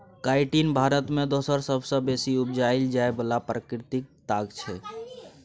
chitin Bharat मे दोसर सबसँ बेसी उपजाएल जाइ बला प्राकृतिक ताग छै